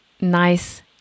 nice